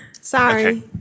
Sorry